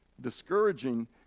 discouraging